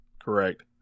Correct